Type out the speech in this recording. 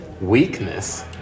Weakness